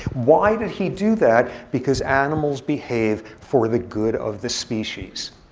why did he do that? because animals behave for the good of the species.